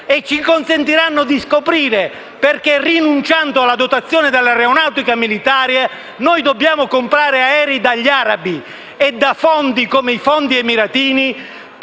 e ci consentiranno di scoprire perché, rinunciando alla dotazione dell'aeronautica militare, dobbiamo comprare aerei dagli arabi e da fondi come i fondi emiratini